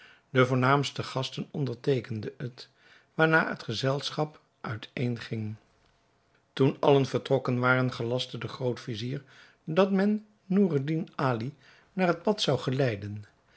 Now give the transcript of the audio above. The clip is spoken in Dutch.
de voornaamste gasten onderteekenden het waarna het gezelschap uit een ging toen allen vertrokken waren gelastte de groot-vizier dat men noureddin ali naar het bad zou geleiden